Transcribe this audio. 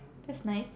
that's nice